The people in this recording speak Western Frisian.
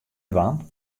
dwaan